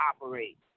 operate